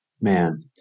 man